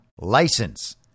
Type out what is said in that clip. license